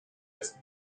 with